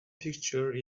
picture